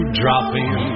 dropping